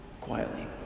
Quietly